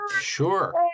sure